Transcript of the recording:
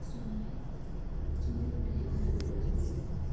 संनाय संनाय हुदाया आलादा आलादा जायो